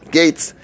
gates